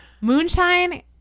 Moonshine